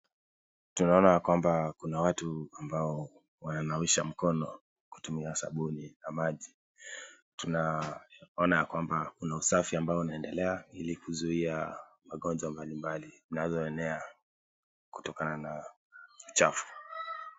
Tunaona ya kwamba kuna watu ambao wananawisha mkono kutumia sabuni na maji tunaoana kuwa kuna usafi unaendelea ili kuzuia magonjwa mbalimbali zinazoenea kutokana na uchafu.